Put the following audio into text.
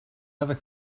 other